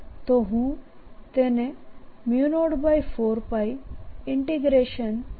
તો હું તેને 04πjr